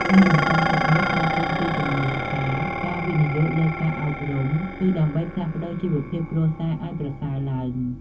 ការរំពឹងទុកនេះកើតចេញពីជំនឿថា ការវិនិយោគលើការអប់រំគឺដើម្បីផ្លាស់ប្តូរជីវភាពគ្រួសារឱ្យប្រសើរឡើង។